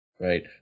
Right